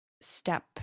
step